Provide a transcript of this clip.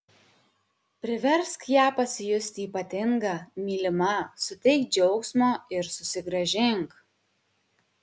priversk ją pasijusti ypatinga mylima suteik džiaugsmo ir susigrąžink